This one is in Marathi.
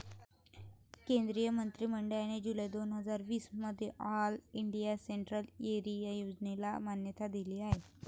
केंद्रीय मंत्रि मंडळाने जुलै दोन हजार वीस मध्ये ऑल इंडिया सेंट्रल एरिया योजनेला मान्यता दिली आहे